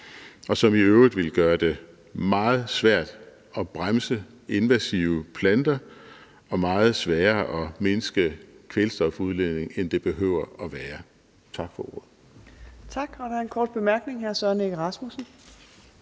og som i øvrigt ville gøre det meget svært at bremse invasive planter og meget sværere at mindske kvælstofudledningen, end det behøver at være. Tak for ordet. Kl. 18:47 Fjerde næstformand (Trine Torp): Tak. Der er en